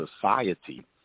society